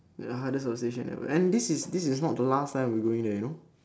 ya that's outstation yeah and this is this not the last time we're going there you know